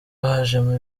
hajemo